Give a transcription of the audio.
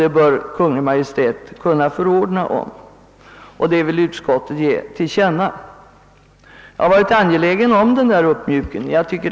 Detta bör i anledning av motionen II: 417 ges Kungl. Maj:t till känna.» Jag tycker att en sådan uppmjukning är väsentlig.